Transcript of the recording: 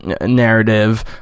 narrative